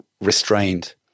restrained